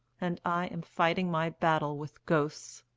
and i am fighting my battle with ghosts,